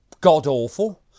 god-awful